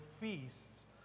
feasts